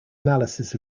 analysis